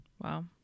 Wow